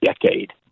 decade